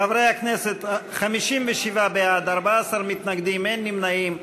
חברי הכנסת, 57 בעד, 14 מתנגדים, אין נמנעים.